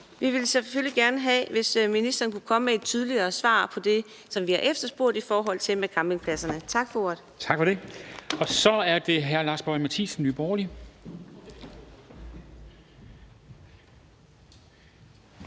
vi vil selvfølgelig gerne have, hvis ministeren kunne komme med et tydeligere svar på det, som vi har efterspurgt, hvad angår campingpladserne. Tak for ordet. Kl. 22:17 Formanden (Henrik Dam Kristensen): Tak for det.